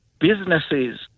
businesses